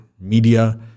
Media